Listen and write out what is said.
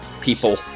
people